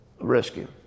rescue